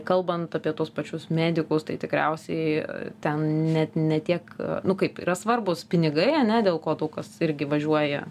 kalbant apie tuos pačius medikus tai tikriausiai ten net ne tiek nu kaip yra svarbūs pinigai ane dėl ko daug kas irgi važiuoja